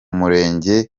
murenge